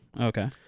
Okay